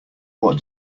what